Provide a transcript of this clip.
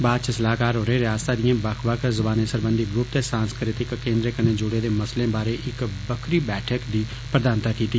बाद च सलाहकार होरे रिआसता दिए बक्ख बक्ख जबोनसरबंधी ग्रुप ते सांस्कृतिक केन्द्रे कन्नै जुड़े दे मसले बारे इक बक्खरी बैठक दी प्रधानता कीती